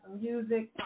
music